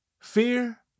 Fear